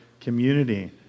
community